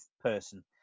person